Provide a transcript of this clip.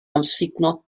amsugno